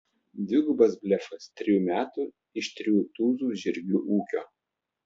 dvigubas blefas trejų metų iš trijų tūzų žirgų ūkio